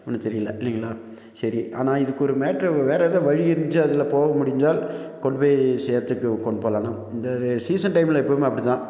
ஒன்றும் தெரியலை இல்லைங்களா சரி ஆனால் இதுக்கு ஒரு மேட்டரை வேறு எதாது வழி இருந்துச்சு அதில் போக முடிஞ்சால் கொண்டு போய் சேர்த்துட்டு கொண்டு போகலாண்ணா இந்த சீசன் டைமில் எப்போதுமே அப்படி தான்